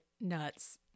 nuts